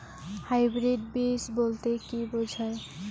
Hybrid বীজ বলতে কী বোঝায়?